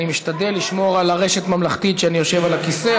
אני משתדל לשמור על ארשת ממלכתית כשאני יושב על הכיסא,